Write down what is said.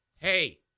Hey